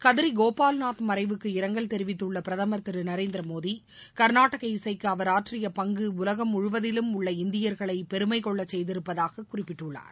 கத்ரி கோபால்நாத் மறைவுக்கு இரங்கல் தெரிவித்துள்ள பிரதமர் திரு நரேந்திர மோடி கர்நாடக இசைக்கு அவர் ஆற்றிய பங்கு உலகம் முழுவதிலும் உள்ள இந்தியர்கள் பெருமை கொள்ளச் செய்திருப்பதாக குறிப்பிட்டுள்ளார்